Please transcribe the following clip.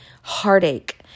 heartache